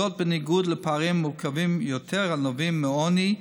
בניגוד לפערים מורכבים יותר הנובעים מעוני,